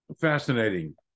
Fascinating